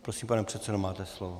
Prosím, pane předsedo, máte slovo.